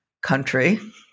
country